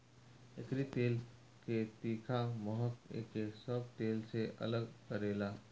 एकरी तेल के तीखा महक एके सब तेल से अलग करेला